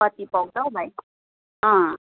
कति पाउँछ हौ भाइ अँ